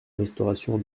restauration